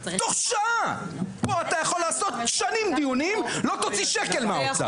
פה אנחנו יכולים לעשות שנים דיונים לא תוציא שקל מהאוצר.